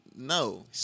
No